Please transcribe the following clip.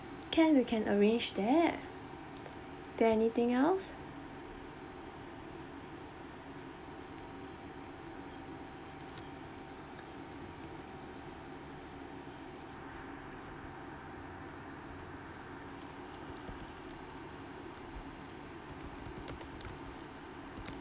can we can arrange that there anything else